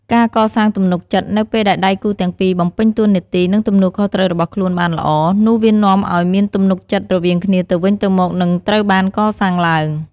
ការកសាងទំនុកចិត្ត នៅពេលដែលដៃគូទាំងពីរបំពេញតួនាទី និងទំនួលខុសត្រូវរបស់ខ្លួនបានល្អ នោះវានាំអោយមានទំនុកចិត្តរវាងគ្នាទៅវិញទៅមកនឹងត្រូវបានកសាងឡើង។